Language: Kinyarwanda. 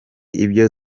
ibyo